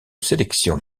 sélection